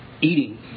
eating